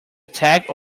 attack